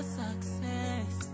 success